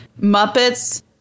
Muppets